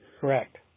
Correct